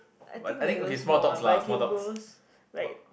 I think like those small one but I can goes like